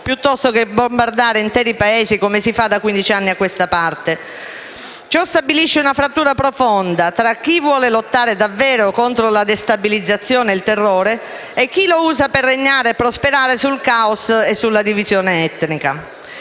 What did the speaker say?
piuttosto che bombardare interi Paesi, come si fa da quindici anni a questa parte. Ciò stabilisce una frattura profonda tra chi vuole lottare davvero contro la destabilizzazione e il terrore e chi li usa per regnare e prosperare sul caos e la divisione etnica.